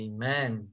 Amen